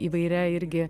įvairia irgi